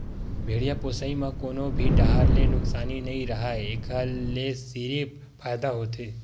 भेड़िया पोसई म कोनो भी डाहर ले नुकसानी नइ राहय एखर ले सिरिफ फायदा होथे